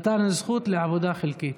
מתן זכות לעבודה חלקית),